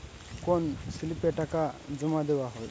কোন স্লিপে টাকা জমাদেওয়া হয়?